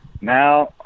Now